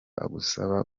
agusaba